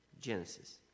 Genesis